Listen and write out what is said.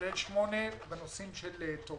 מתוכם שבע ביקורות מעקב ועוד שמונה בנושא של קורונה.